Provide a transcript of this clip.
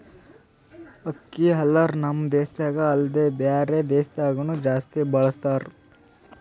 ಅಕ್ಕಿ ಹಲ್ಲರ್ ನಮ್ ದೇಶದಾಗ ಅಲ್ದೆ ಬ್ಯಾರೆ ದೇಶದಾಗನು ಜಾಸ್ತಿ ಬಳಸತಾರ್